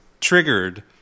triggered